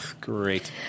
Great